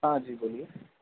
ہاں جی بولیے